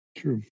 true